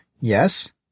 yes